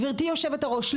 גברתי היושבת-ראש,